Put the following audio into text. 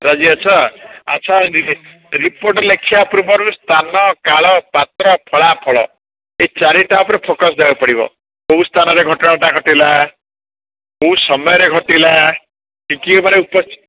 ରାଜି ଅଛ ଆଚ୍ଛା ରିପୋଟ୍ ଲେଖିବା ପୂର୍ବରୁ ସ୍ଥାନ କାଳ ପାତ୍ର ଫଳାଫଳ ଏ ଚାରିଟା ଉପରେ ଫୋକସ୍ ଦେବାକୁ ପଡ଼ିବ କୋଉ ସ୍ଥାନରେ ଘଟଣାଟା ଘଟିଲା କୋଉ ସମୟରେ ଘଟିଲା ଟିକିଏ ପରେ